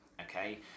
okay